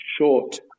short